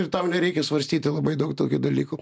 ir tau nereikia svarstyti labai daug tokių dalykų